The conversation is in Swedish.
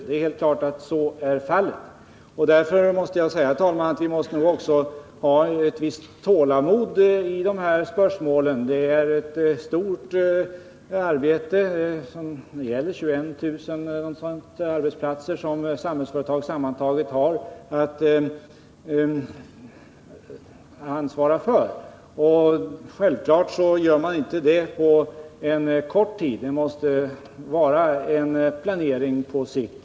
Det är helt klart att så är fallet, och därför måste jag säga att vi nog också får ha ett visst tålamod i dessa spörsmål. Samhällsföretag har sammantaget ungefär 21 000 arbetsplatser att ansvara för. Självfallet kan man inte rusta upp allting på en kort tid, utan det måste ske en planering på sikt.